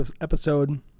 episode